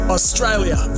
Australia